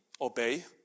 obey